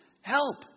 help